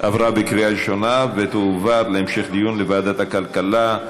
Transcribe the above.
התקבלה בקריאה ראשונה ותועבר להמשך דיון בוועדת הכלכלה.